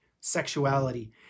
sexuality